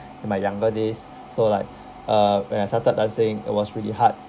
at my younger days so like uh when I started dancing it was really hard